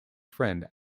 friend